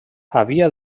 havia